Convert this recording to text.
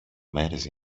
μέρες